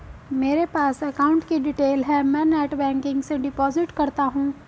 मेरे पास अकाउंट की डिटेल है मैं नेटबैंकिंग से डिपॉजिट करता हूं